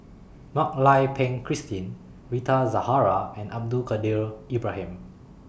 Mak Lai Peng Christine Rita Zahara and Abdul Kadir Ibrahim